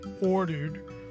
ordered